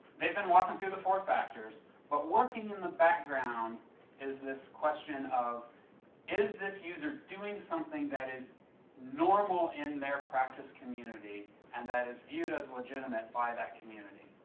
they've been walking through the four factors but working in the background is this question of is this user doing something that is normal in their practice community and that is viewed as legitimate in that community,